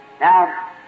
Now